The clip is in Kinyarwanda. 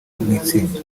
nk’itsinda